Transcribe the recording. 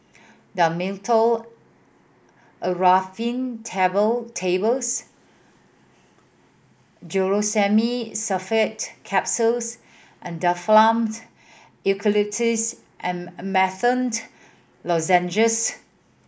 Dhamotil Atropine Table Tables Glucosamine Sulfate Capsules and Difflams Eucalyptus and Menthol Lozenges